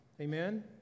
Amen